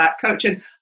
coaching